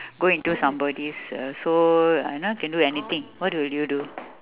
go into somebody's uh so you know can do anything what will you do